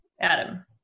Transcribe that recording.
Adam